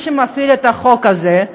מי שמפעיל את החוק הזה,